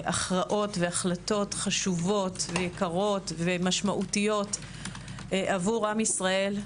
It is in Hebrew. להכרעות והחלטות חשובות ויקרות ומשמעותיות עבור עם ישראל.